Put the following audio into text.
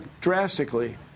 drastically